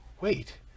Wait